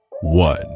one